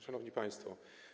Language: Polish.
Szanowni Państwo!